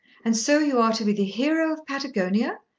and so you are to be the hero of patagonia?